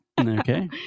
Okay